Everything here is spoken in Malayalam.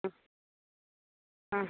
അ ആ